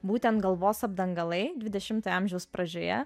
būtent galvos apdangalai dvidešimtojo amžiaus pradžioje